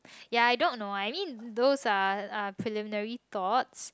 ya I don't know I mean those are are preliminary thoughts